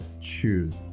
choose